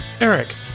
Eric